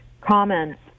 comments